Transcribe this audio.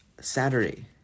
Saturday